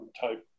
type